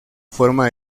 forma